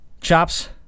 Chops